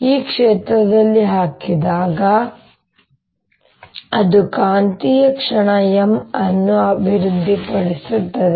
ಈ ಕ್ಷೇತ್ರದಲ್ಲಿ ಹಾಕಿದಾಗ ಅದು ಕಾಂತೀಯ ಕ್ಷಣ M ಅನ್ನು ಅಭಿವೃದ್ಧಿಪಡಿಸುತ್ತದೆ